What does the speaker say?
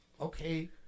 Okay